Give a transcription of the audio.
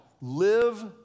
Live